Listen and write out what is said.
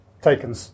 taken